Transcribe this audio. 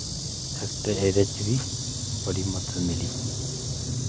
factor एह्दै च बड़ी मदद मिली